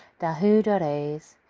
dahoo dorays.